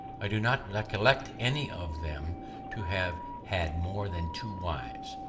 i do not recollect any of them to have had more than two wives.